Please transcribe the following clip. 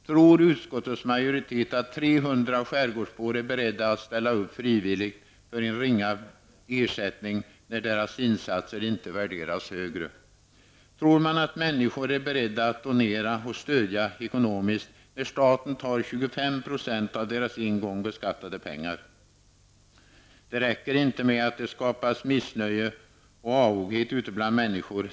Tror utskottets majoritet att 300 skärgårdsbor är beredda att ställa upp frivilligt för en ringa ersättning när deras insatser inte värderas högre? Tror man att människor är beredda att donera och stödja ekonomiskt när staten tar 25 % av deras en gång beskattade pengar? Det räcker inte med att det skapas missnöje och avoghet ute bland människorna.